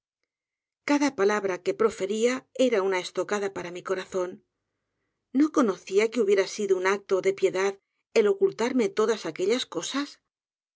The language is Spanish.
p'r labra que proferia era una estocada paja mi corazón no conocía que hubiera sjdo un acto de piedad el ocultarme todas aquellas cosas